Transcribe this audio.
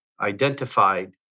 identified